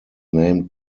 named